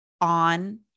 on